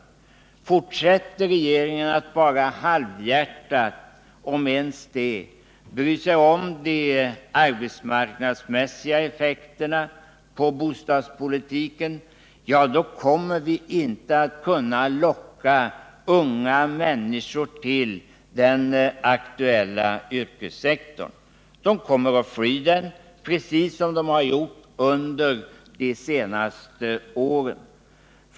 Om regeringen fortsätter att bara halvhjärtat —om ens det — bry sig om de arbetsmarknadsmässiga effekterna av bostadspolitiken, ja, då kommer vi inte att kunna locka unga människor till Nr 56 den aktuella yrkessektorn. De kommer att fly den, precis som de gjort under Fredagen den de senaste åren.